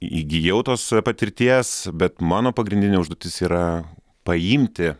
įgijau tos patirties bet mano pagrindinė užduotis yra paimti